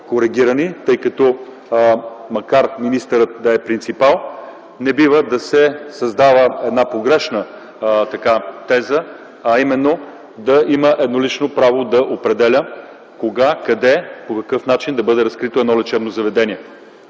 коригирани, тъй като, макар министърът да е принципал, не бива да се създава погрешна теза, а именно да има еднолично право да определя кога, къде и по какъв начин да бъде разкрито едно лечебно заведение.